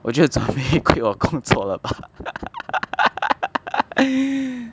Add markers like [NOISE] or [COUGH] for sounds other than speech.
我就 quit 我工作了 bah [LAUGHS]